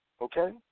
okay